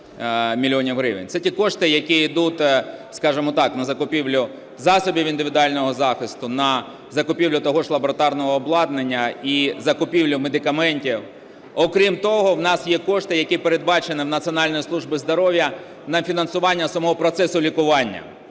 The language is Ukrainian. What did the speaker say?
Це ті кошти, які йдуть, скажімо так, на закупівлю засобів індивідуального захисту, на закупівлю того ж лабораторного обладнання і закупівлю медикаментів. Окрім того, у нас є кошти, які передбачені Національною службою здоров'я на фінансування самого процесу лікування.